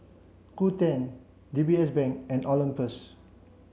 Qoo ten D B S Bank and Olympus